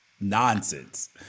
nonsense